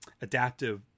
adaptive